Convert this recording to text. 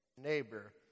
neighbor